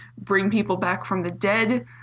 bring-people-back-from-the-dead